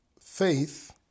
faith